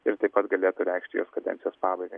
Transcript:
ir taip pat galėtų reikšti jos kadencijos pabaigą